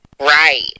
Right